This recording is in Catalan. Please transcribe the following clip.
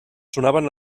sonaven